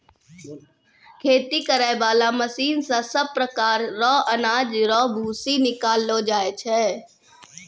खेती करै बाला मशीन से सभ प्रकार रो अनाज रो भूसी निकालो जाय छै